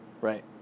right